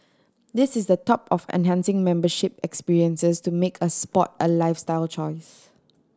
this is the top of enhancing membership experiences to make a sport a lifestyle choice